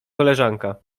koleżanka